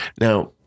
Now